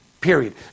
Period